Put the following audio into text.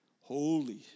Holy